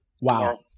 Wow